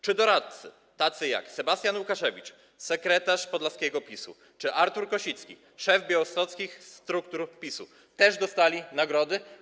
Czy doradcy, tacy jak Sebastian Łukaszewicz, sekretarz podlaskiego PiS-u, czy Artur Kosicki, szef białostockich struktur PiS-u, też dostali nagrody?